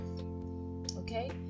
okay